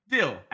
Deal